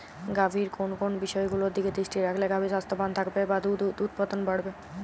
গাভীর কোন কোন বিষয়গুলোর দিকে দৃষ্টি রাখলে গাভী স্বাস্থ্যবান থাকবে বা দুধ উৎপাদন বাড়বে?